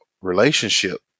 relationship